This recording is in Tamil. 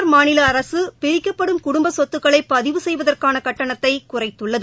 பீகார் மாநில அரக பிரிக்கப்படும் குடும்ப சொத்துக்களை பதிவு செய்வதற்கான கட்டணத்தை குறைத்துள்ளது